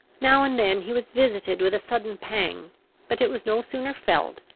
now and then he was visited with a sudden pang but it was no sooner felt,